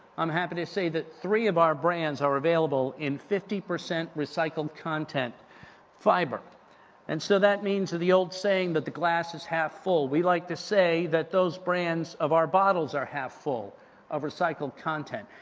i'm happy to say that three of our brands are available in fifty percent recycled content fiber and so that means that the old saying that the glass is half full, we like to say that those brands of our bottles are half full of recycled content,